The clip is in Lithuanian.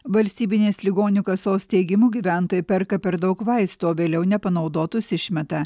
valstybinės ligonių kasos teigimu gyventojai perka per daug vaistų o vėliau nepanaudotus išmeta